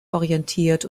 orientiert